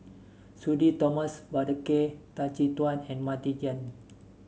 Sudhir Thomas Vadaketh Tan Chin Tuan and Martin Yan